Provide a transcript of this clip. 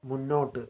മുന്നോട്ട്